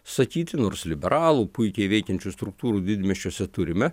sakyti nors liberalų puikiai veikiančių struktūrų didmiesčiuose turime